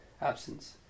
absence